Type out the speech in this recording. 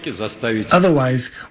Otherwise